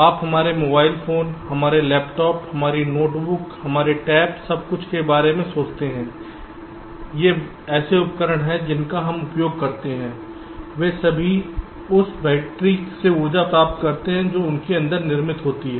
आप हमारे mobile phone हमारे लैपटॉप हमारी नोटबुक हमारे टैब सब कुछ के बारे में सोचते हैं ये ऐसे उपकरण हैं जिनका हम उपयोग करते हैं वे सभी उस बैटरी से ऊर्जा प्राप्त करते हैं जो इसके अंदर निर्मित होती है